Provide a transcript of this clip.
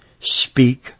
Speak